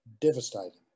devastating